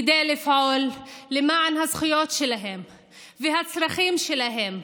כדי לפעול למען הזכויות שלהם והצרכים שלהם.